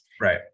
right